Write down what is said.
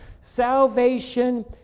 Salvation